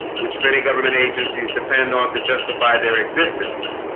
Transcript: which many government agencies depend on to justify their existence